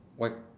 white